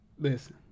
listen